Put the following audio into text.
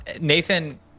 Nathan